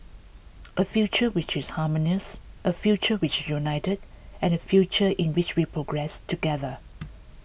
a future which is harmonious a future which is united and a future in which we progress together